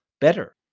better